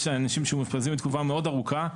יש אנשים שמאושפזים לתקופה מאוד ארוכה,